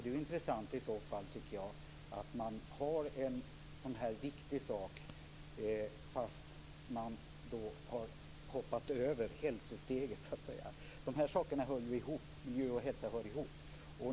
Det är i så fall intressant, tycker jag, att man har med en sådan här viktig sak, fast man så att säga har hoppat över hälsosteget. Miljö och hälsa hör ihop.